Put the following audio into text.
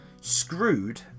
screwed